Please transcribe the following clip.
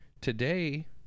today